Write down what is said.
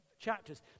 chapters